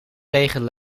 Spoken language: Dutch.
wegen